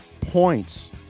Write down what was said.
points